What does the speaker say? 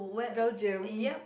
Belgium